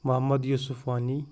Mohammad Yusuf Wani